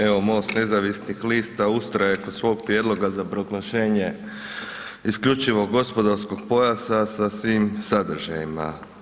Evo MOST nezavisnih lista ustraje kod svog prijedloga za proglašenje isključivog gospodarskog pojasa sa svim sadržajima.